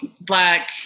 Black